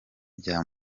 bya